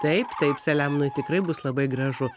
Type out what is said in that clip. taip taip selemonui tikrai bus labai gražu